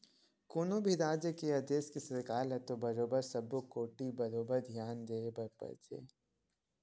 कोनो भी राज के या देश के सरकार ल तो बरोबर सब्बो कोती बरोबर धियान देय बर परथे